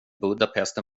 budapest